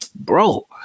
bro